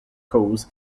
cause